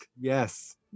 Yes